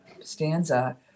stanza